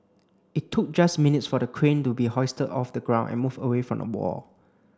it took just minutes for the crane to be hoisted off the ground and moved away from the wall